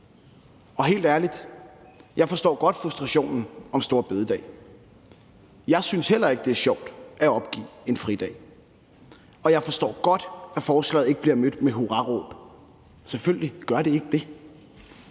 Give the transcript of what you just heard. Helt ærligt, jeg forstår godt frustrationen om store bededag. Jeg synes heller ikke, det er sjovt at opgive en fridag, og jeg forstår godt, at forslaget ikke bliver mødt med hurraråb, selvfølgelig gør det ikke det.